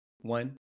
one